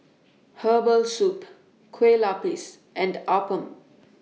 Herbal Soup Kueh Lupis and Appam